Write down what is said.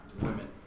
women